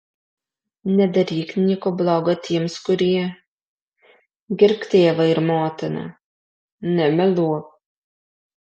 nedaryk nieko bloga tiems kurie gerbk tėvą ir motiną nemeluok